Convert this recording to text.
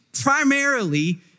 primarily